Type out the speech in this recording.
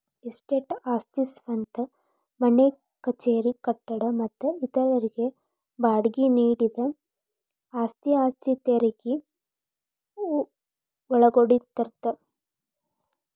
estate ಆಸ್ತಿ ಸ್ವಂತ ಮನೆ ಕಚೇರಿ ಕಟ್ಟಡ ಮತ್ತ ಇತರರಿಗೆ ಬಾಡ್ಗಿ ನೇಡಿದ ಆಸ್ತಿ ಆಸ್ತಿ ತೆರಗಿ ಒಳಗೊಂಡಿರ್ತದ